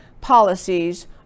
policies